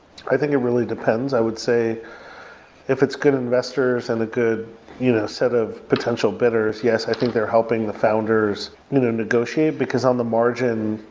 i think it really depends. i would say if it's good investors and a good you know set of potential bidders, yes, i think they're helping the founders you know negotiate, because on the margin,